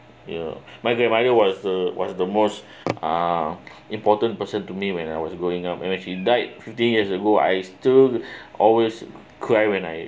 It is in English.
ya my grandmother was the was the most uh important person to me when I was growing up and when she died fifteen years ago I still always cry when I